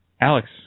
Alex